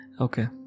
Okay